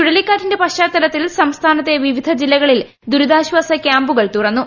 ചുഴലിക്കാറ്റിന്റെ പശ്ചാത്തലത്തിൽ സംസ്ഥാനത്തെ വിവിധ ജില്ലകളിൽ ദുരിതാശ്വാസ ക്യാമ്പുകൾ തുറന്നു